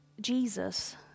Jesus